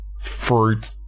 fruit